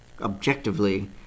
objectively